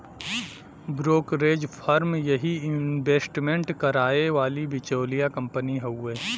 brokerage firm यही investment कराए वाली बिचौलिया कंपनी हउवे